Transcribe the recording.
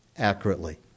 Accurately